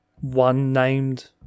one-named